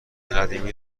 قدیمی